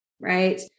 Right